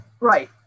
Right